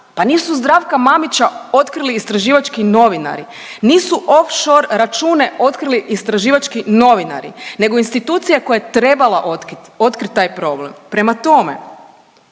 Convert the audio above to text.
pa nisu Zdravka Mamića otkrili istraživački novinari, nisu off-shore račune otkrili istraživački novinari nego institucije koja je trebala otkriti taj problem. Prema tome,